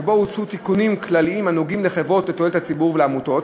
שבו הוצעו תיקונים כלליים הנוגעים לחברות לתועלת הציבור ולעמותות,